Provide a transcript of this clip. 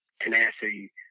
tenacity